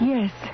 Yes